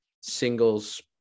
singles